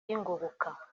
y’ingoboka